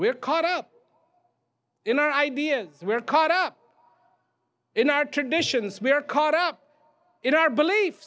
are caught up in our ideas we are caught up in our traditions we are caught up in our beliefs